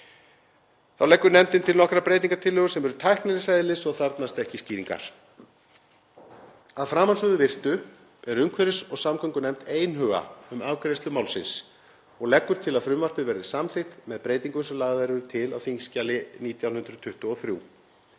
Þá leggur nefndin til nokkrar breytingartillögur sem eru tæknilegs eðlis og þarfnast ekki skýringar. Að framansögðu virtu er umhverfis- og samgöngunefnd einhuga um afgreiðslu málsins og leggur til að frumvarpið verði samþykkt með breytingum sem lagðar eru til á þskj. 1923.